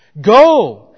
Go